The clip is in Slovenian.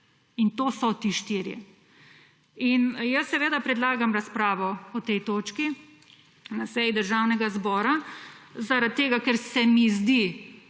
in to so ti štirje. Seveda predlagam razpravo o tej točki na seji Državnega zbora zaradi tega, ker se mi zdi,